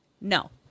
no